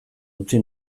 utzi